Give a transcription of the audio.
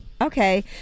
Okay